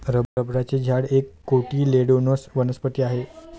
रबराचे झाड एक कोटिलेडोनस वनस्पती आहे